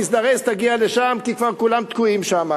תזדרז ותגיע לשם כי כבר כולם תקועים שם.